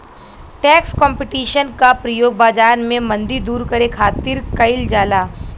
tax competition क प्रयोग बाजार में मंदी दूर करे खातिर कइल जाला